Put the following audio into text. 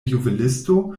juvelisto